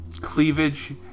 Cleavage